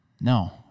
no